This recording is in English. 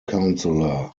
counselor